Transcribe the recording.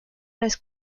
las